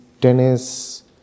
tennis